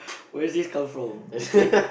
where does this come from okay